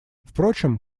впрочем